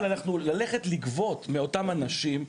אבל ללכת לגבות מאותם אנשים,